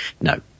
No